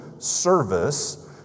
Service